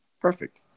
Perfect